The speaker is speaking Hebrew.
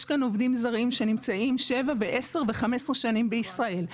יש כאן עובדים זרים שנמצאים שבע ועשר ו-15 שנים בישראל.